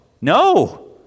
No